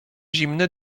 zimny